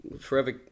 forever